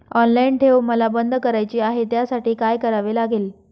Online ठेव मला बंद करायची आहे, त्यासाठी काय करावे लागेल?